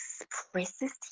expresses